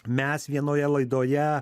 mes vienoje laidoje